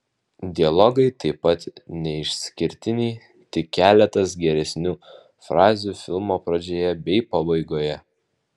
dialogai taip pat neišskirtiniai tik keletas geresnių frazių filmo pradžioje bei pabaigoje